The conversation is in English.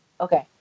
Okay